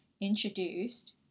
introduced